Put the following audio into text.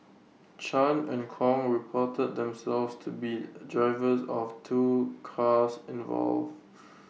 chan and Kong reported themselves to be drivers of two cars involved